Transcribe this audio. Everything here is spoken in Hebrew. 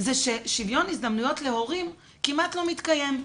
זה ששוויון הזדמנויות להורים כמעט לא מתקיים.